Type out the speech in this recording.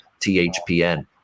THPN